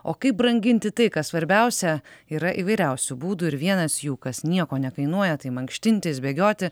o kaip branginti tai kas svarbiausia yra įvairiausių būdų ir vienas jų kas nieko nekainuoja tai mankštintis bėgioti